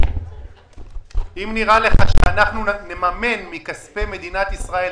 אם נראה לך שאנחנו נממן מכספי מדינת ישראל,